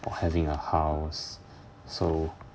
or having a house so